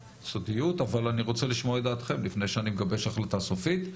אבל אני רוצה לשמוע את דעתכם לפני שאני מגבש החלטה סופית,